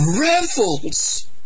revels